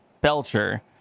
Belcher